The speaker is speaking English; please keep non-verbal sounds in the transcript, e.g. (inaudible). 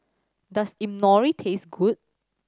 does (unintelligible) taste good